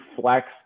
flex